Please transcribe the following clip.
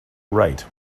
write